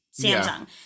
Samsung